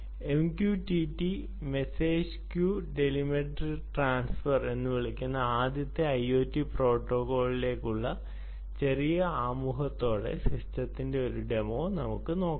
MQTT message queue telemetry transfer എന്ന് വിളിക്കുന്ന ആദ്യത്തെ IoT പ്രോട്ടോക്കോളിലേക്കുള്ള ചെറിയ ആമുഖത്തോടെ സിസ്റ്റത്തിന്റെ ഒരു ഡെമോ നമുക്ക് നോക്കാം